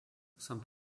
some